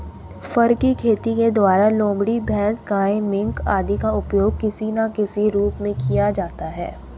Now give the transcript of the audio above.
फर की खेती के द्वारा लोमड़ी, भैंस, गाय, मिंक आदि का उपयोग किसी ना किसी रूप में किया जाता है